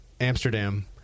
Amsterdam